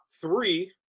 three